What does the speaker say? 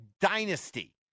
dynasty